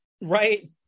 right